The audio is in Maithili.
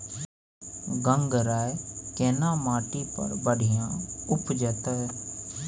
गंगराय केना माटी पर बढ़िया उपजते?